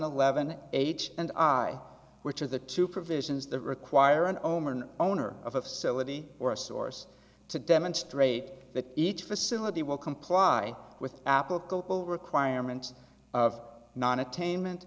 eleven h and i which are the two provisions that require an oem or an owner of a facility or a source to demonstrate that each facility will comply with applicable requirements of non a